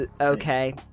okay